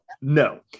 No